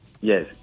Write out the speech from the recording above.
Yes